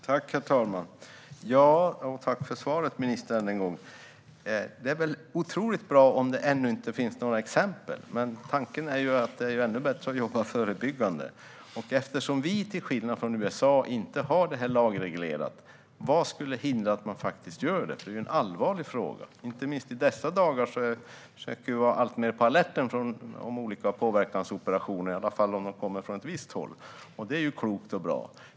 Herr talman! Tack än en gång för svaret, ministern! Det är väl otroligt bra om det ännu inte finns några exempel, men tanken är ju att det vore ännu bättre att jobba förebyggande. Eftersom vi till skillnad från USA inte har reglerat detta i lag, vad skulle hindra att man faktiskt gör det? Det är ju en allvarlig fråga. Inte minst i dessa dagar försöker vi vara alltmer på alerten när det gäller olika påverkansoperationer, i alla fall om de kommer från ett visst håll, och det är klokt och bra.